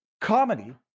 comedy